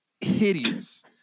hideous